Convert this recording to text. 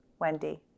Wendy